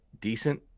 decent